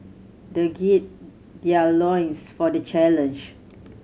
they gird their loins for the challenge